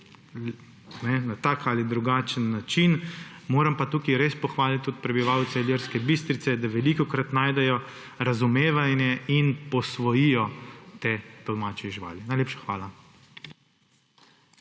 na tak ali drugačen način, moram pa tukaj res pohvaliti tudi prebivalce Ilirske Bistrice, da velikokrat najdejo razumevanje in posvojijo te domače živali. Najlepša hvala.